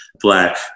Black